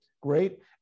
great